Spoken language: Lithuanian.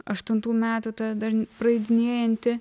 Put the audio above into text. aštuntų metų ta dar praeidinėjanti